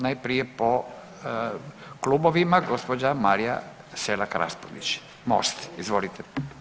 Najprije po klubovima, gospođa Marija Selak Raspudić, MOST, izvolite.